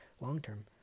long-term